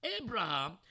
Abraham